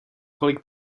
kolik